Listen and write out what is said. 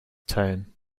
tone